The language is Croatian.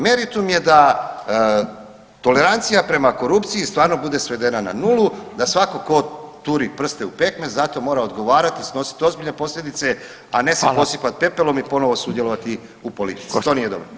Meritum je da tolerancija prema korupciji stvarno bude svedena na 0, da svatko tko turi prste u pekmez za to mora odgovarati i snositi ozbiljne posljedice a ne se posipat pepelom i ponovo sudjelovati u politici, to nije dobro.